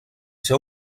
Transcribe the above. ser